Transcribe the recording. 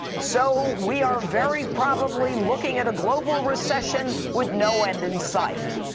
so we are very probably looking at a global recession with no end in sight.